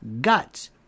guts